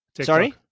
Sorry